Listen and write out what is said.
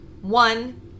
One